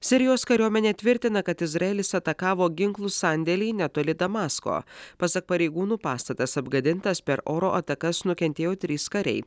sirijos kariuomenė tvirtina kad izraelis atakavo ginklų sandėlį netoli damasko pasak pareigūnų pastatas apgadintas per oro atakas nukentėjo trys kariai